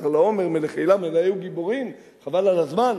כדרלעמר מלך עילם, אלה היו גיבורים חבל על הזמן.